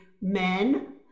men